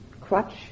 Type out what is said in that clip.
crutch